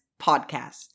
podcast